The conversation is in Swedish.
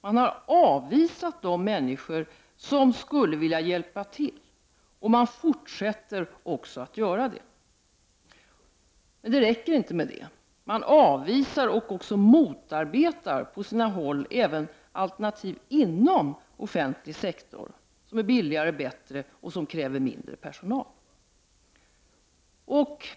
Man har avvisat de människor som skulle vilja hjälpa till, och man fortsätter också att göra det. Men det räcker inte med detta. Socialdemokraterna avvisar, och motarbetar på sina håll, även alternativ inom offentlig sektor som är billigare, bättre, och kräver mindre personal.